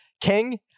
king